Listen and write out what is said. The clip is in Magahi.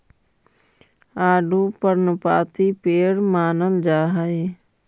आडू पर्णपाती पेड़ मानल जा हई